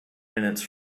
minutes